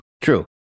True